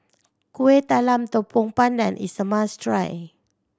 Kueh Talam Tepong Pandan is a must try